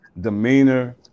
demeanor